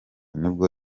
nibwo